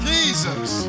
Jesus